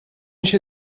się